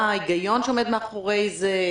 מה ההיגיון שעומד מאחורי זה?